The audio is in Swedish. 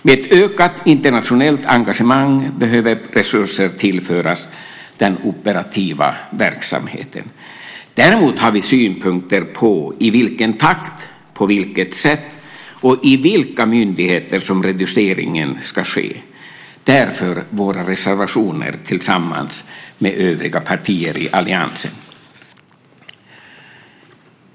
Med ett ökat internationellt engagemang behöver resurser tillföras den operativa verksamheten. Däremot har vi synpunkter på i vilken takt, på vilket sätt och i vilka myndigheter som reduceringen ska ske, därav våra reservationer tillsammans med övriga partier i alliansen.